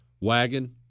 wagon